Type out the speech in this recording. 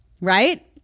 right